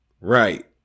Right